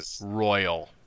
Royal